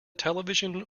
television